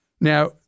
Now